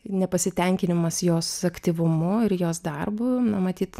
nepasitenkinimas jos aktyvumu ir jos darbu na matyt